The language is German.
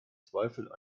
zweifel